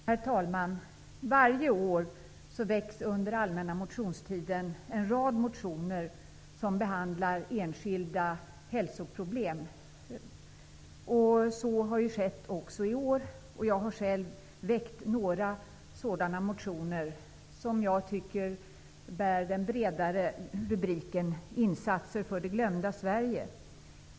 Herr talman! Varje år väcks under allmänna motionstiden en rad motioner som behandlar enskilda hälsoproblem. Så har skett också i år, och jag har själv väckt några sådana motioner, som jag tycker bär den bredare rubriken Insatser för det glömda Sverige.